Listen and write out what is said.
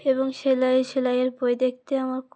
এবং সেলাই সেলাইয়ের বই দেখতে আমার